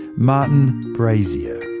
martin brasier.